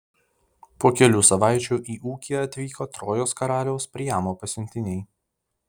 po kelių savaičių į ūkį atvyko trojos karaliaus priamo pasiuntiniai